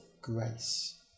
Grace